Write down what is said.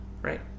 Right